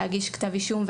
להגיש כתב אישום,